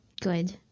Good